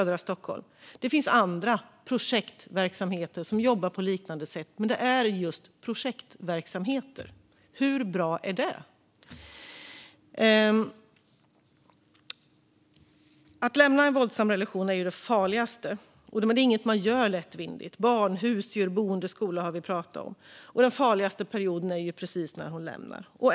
Det finns andra projektverksamheter som jobbar på liknande sätt, men de är just projektverksamheter. Hur bra är det? Att lämna en våldsam relation är det farligaste. Det är inget man gör lättvindigt. Barn, husdjur, boende och skola har vi pratat om. Den farligaste perioden är ju precis när hon lämnar.